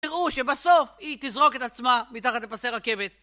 תראו שבסוף היא תזרוק את עצמה מתחת לפסי רכבת